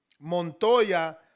Montoya